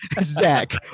Zach